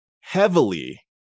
heavily